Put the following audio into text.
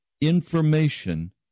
Information